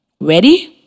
Ready